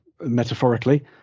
metaphorically